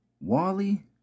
Wally